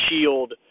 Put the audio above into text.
shield